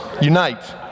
unite